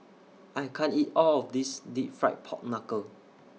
I can't eat All of This Deep Fried Pork Knuckle